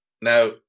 Now